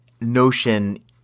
notion